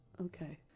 Okay